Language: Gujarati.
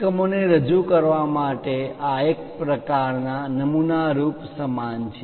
એકમોને રજૂ કરવા માટે આ એક પ્રકારના નમૂનારુપ સમાન છે